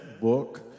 book